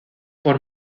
por